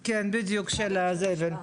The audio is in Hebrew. כן, בדיוק, של הזבל.